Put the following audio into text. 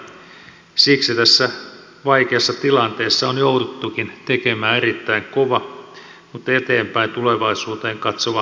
siksi tässä vaikeassa tilanteessa on jouduttukin tekemään erittäin kova mutta eteenpäin tulevaisuuteen katsova hallitusohjelma